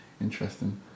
interesting